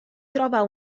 trova